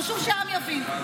חשוב שהעם יבין.